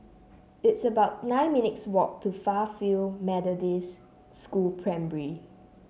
it's about nine minutes' walk to Fairfield Methodist School Primary